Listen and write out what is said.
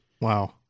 Wow